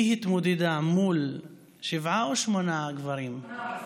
היא התמודדה מול שבעה או שמונה גברים, שמונה בסוף.